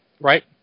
right